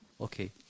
Okay